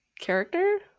character